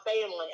family